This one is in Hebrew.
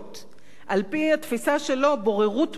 על-פי התפיסה שלו, בוררות ממלכתית,